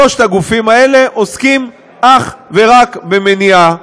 שלושת הגופים האלה עוסקים אך ורק במניעה.